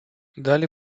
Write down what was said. далі